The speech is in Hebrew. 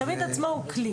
הצמיד עצמו הוא כלי.